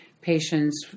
Patients